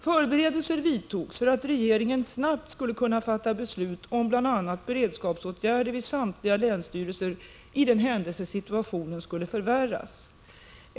Förberedelser vidtogs för att regeringen snabbt skulle kunna fatta beslut om bl.a. beredskapsåtgärder vid samtliga länsstyrelser i den händelse situationen skulle förvärras.